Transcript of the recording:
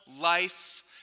life